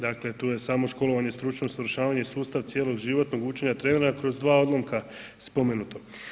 Dakle, tu je samo školovanje i stručno usavršavanje i sustav cjeloživotnog učenja trenera kroz dva odlomka spomenuto.